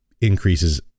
increases